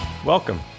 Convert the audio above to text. Welcome